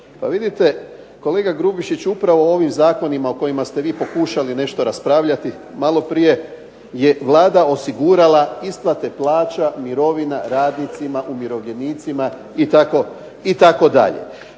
Pa vidite, kolega Grubišić, upravo ovim zakonima o kojima ste vi pokušali nešto raspravljati maloprije je Vlada osigurala isplate plaća, mirovina radnicima, umirovljenicima itd.